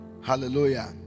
hallelujah